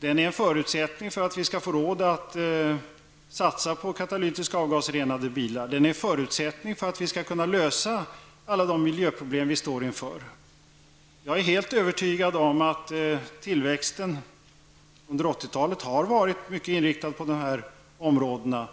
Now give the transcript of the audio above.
Det är förutsättningen för att vi skall få råd att satsa på katalytisk avgasrening av bilarna. Det är förutsättningen för att vi skall kunna lösa alla de miljöproblem som vi står inför. Jag är helt övertygad om att tillväxten under 80-talet har varit inriktad på just dessa områden.